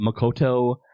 Makoto